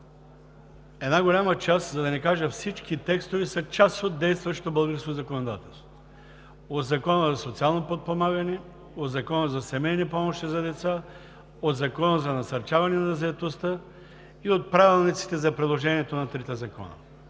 една голяма част, за да не кажа всички текстове са част от действащото българско законодателство – от Закона за социално подпомагане, от Закона за семейни помощи за деца, от Закона за насърчаване на заетостта, и правилниците за приложението на трите закона.